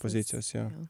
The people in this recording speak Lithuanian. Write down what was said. pozicijos jau